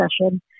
session